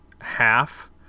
half